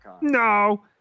no